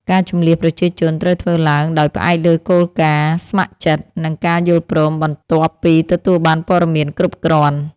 ការជម្លៀសប្រជាជនត្រូវធ្វើឡើងដោយផ្អែកលើគោលការណ៍ស្ម័គ្រចិត្ត និងការយល់ព្រមបន្ទាប់ពីទទួលបានព័ត៌មានគ្រប់គ្រាន់។